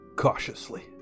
cautiously